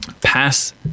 Pass